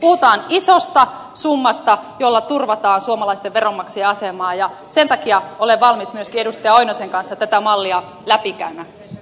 puhutaan isosta summasta jolla turvataan suomalaisten veronmaksajien asemaa ja sen takia olen valmis myöskin edustaja oinosen kanssa tätä mallia läpikäymään